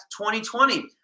2020